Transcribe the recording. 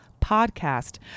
podcast